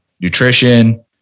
nutrition